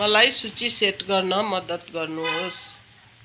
मलाई सूची सेट गर्न मद्दत गर्नुहोस्